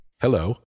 Hello